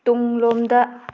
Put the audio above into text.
ꯇꯨꯡꯂꯣꯝꯗ